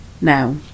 Now